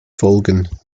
folgen